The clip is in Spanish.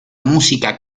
música